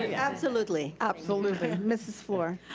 yeah absolutely. absolutely. mrs. fluor.